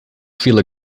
fila